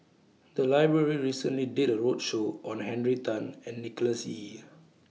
The Library recently did A roadshow on Henry Tan and Nicholas Ee